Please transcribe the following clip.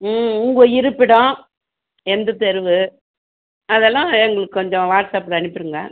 ம் உங்கள் இருப்பிடம் எந்த தெரு அதெல்லாம் எங்களுக்கு கொஞ்சம் வாட்ஸப்புக்கு அனுப்பிடுங்க